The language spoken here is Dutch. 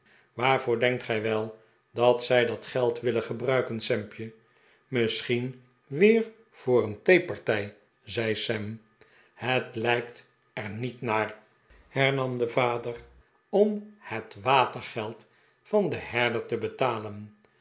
waarvoor denkt gij wel dat zij dat geld willen gebruiken sampje misschien weer voor een theepartijtje zei sam het lijkt er niet naar hernam de vader om het watergeld van den herder te betalen